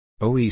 OE